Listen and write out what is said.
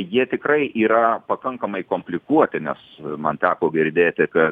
jie tikrai yra pakankamai komplikuoti nes man teko girdėti ka